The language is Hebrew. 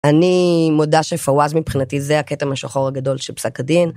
אני מודה שפווז מבחינתי, זה הקטע המשוחרר הגדול של פסק הדין.